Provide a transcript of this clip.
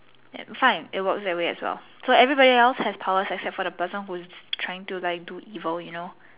fine it works that way as well so everyone else has powers except for the person who is trying to like do evil you know